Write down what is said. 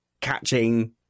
catching